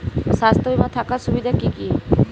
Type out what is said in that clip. স্বাস্থ্য বিমা থাকার সুবিধা কী কী?